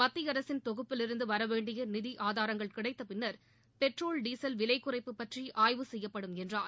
மத்திய அரசின் தொகுப்பிலிருந்து வர வேண்டிய நிதி ஆதாரங்கள் கிடைத்த பின்னா் பெட்ரோல் டீசல் விலை குறைப்பு பற்றி ஆய்வு செய்யப்படும் என்றார்